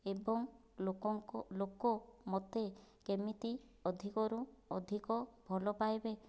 ଏବଂ ଲୋକଙ୍କ ଲୋକ ମୋତେ କେମିତି ଅଧିକରୁ ଅଧିକ ଭଲପାଇବେ